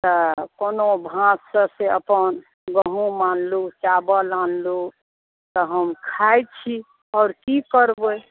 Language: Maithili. तऽ कोनो भाँतिसँ से अपन गहूँम आनलहुँ चावल आनलहुँ तऽ हम खाइ छी आओर की करबै